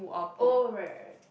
oh right right right